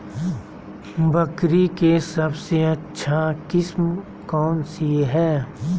बकरी के सबसे अच्छा किस्म कौन सी है?